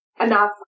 enough